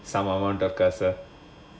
some amount of காசா:kaasaa